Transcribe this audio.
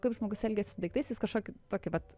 kaip žmogus elgiasi su daiktais jis kažkokį tokį vat